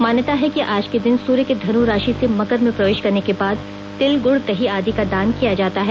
मान्यता है कि आज के दिन सुर्य के धन राशि से मकर में प्रवेश करने के बाद तिल गुड़ दही आदि का दान किया जाता है